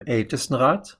ältestenrat